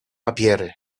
papiery